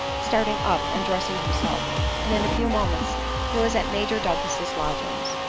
starting up and dressing himself and in a few moments he was at major douglas's lodgings.